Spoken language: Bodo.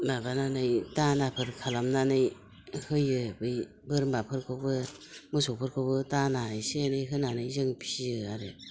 माबानानै दानाफोर खालामनानै होयो बै बोरमाफोरखौबो मोसौफोरखौबो दाना एसे एनै होनानै जों फियो आरो